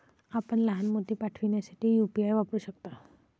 आपण लहान मोती पाठविण्यासाठी यू.पी.आय वापरू शकता